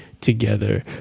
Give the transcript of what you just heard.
together